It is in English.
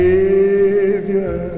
Savior